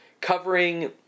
covering